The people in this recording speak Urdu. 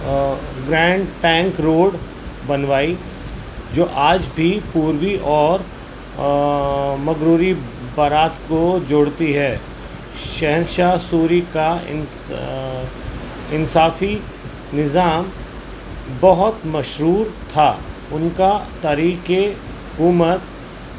گرینڈ ٹینک روڈ بنوائی جو آج بھی پوروی اور مغربی برات کو جوڑتی ہے شہنشاہ سوری کا ان انصافی نظام بہت مشہور تھا ان کا طریقے حکومت